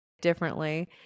differently